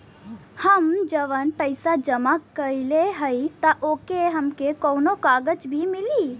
हम जवन पैसा जमा कइले हई त ओकर हमके कौनो कागज भी मिली?